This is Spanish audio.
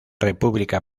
república